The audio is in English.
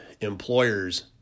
employers